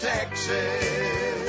Texas